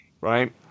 right